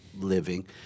living